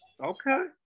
Okay